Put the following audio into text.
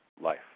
life